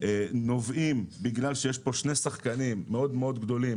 נובעת בגלל שיש כאן שני שחקנים מאוד מאוד גדולים